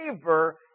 favor